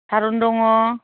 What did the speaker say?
थारुन दङ